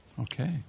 okay